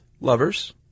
Lovers